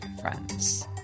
friends